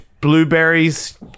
blueberries